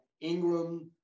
Ingram